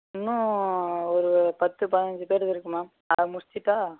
இன்னும் ஒரு பத்து பதினைஞ்சி பேருது இருக்குது மேம் அதை முடிச்சுட்டா